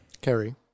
Kerry